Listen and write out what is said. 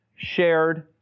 shared